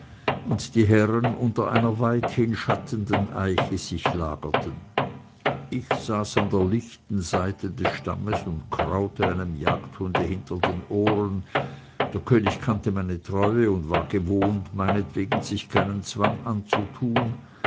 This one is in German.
und die herren unter einer weithin schattenden eiche sich lagerten ich saß an der lichten seite des stammes und kraute einem jagdhunde hinter den ohren der könig kannte meine treue und war gewohnt meinetwegen sich keinen zwang anzutun